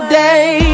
day